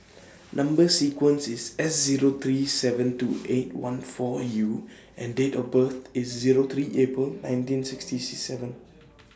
Number sequence IS S Zero three seven two eight one four U and Date of birth IS Zero three April nineteen sixty seven